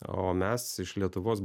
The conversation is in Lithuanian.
o mes iš lietuvos